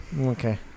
Okay